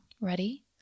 Ready